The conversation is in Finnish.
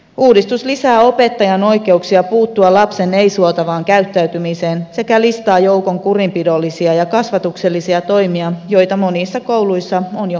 uudistus lisää opettajan oikeuksia puuttua lapsen ei suotavaan käyttäytymiseen sekä listaa joukon kurinpidollisia ja kasvatuksellisia toimia joita monissa kouluissa on jo käytettykin